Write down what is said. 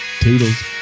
Toodles